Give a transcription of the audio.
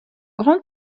grande